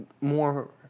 more